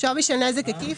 "שווי של נזק עקיף"